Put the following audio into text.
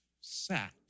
sat